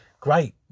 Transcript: Great